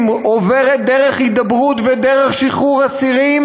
עוברת דרך הידברות ודרך שחרור אסירים,